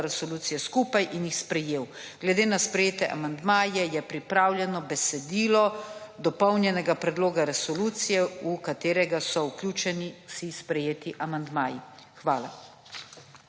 predloga resolucije skupaj in jih sprejel. Glede na sprejete amandmaje je pripravljeno besedilo dopolnjenega predloga resolucije, v katerega so vključeni vsi sprejeti amandmaji. Hvala.